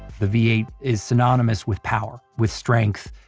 the v eight is synonymous with power, with strength,